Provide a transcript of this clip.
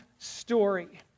Story